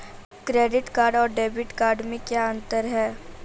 Credit card और debit card में क्या अंतर है?